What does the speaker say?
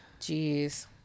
jeez